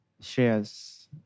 Shares